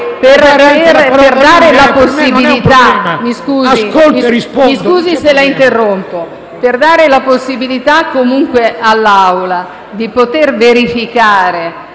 per dare la possibilità all'Assemblea di poter verificare